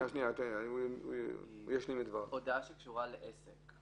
שלא קשורות לעסק.